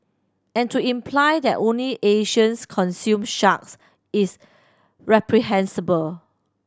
and to imply that only Asians consume sharks is reprehensible